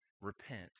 repent